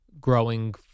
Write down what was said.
growing